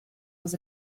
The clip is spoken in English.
was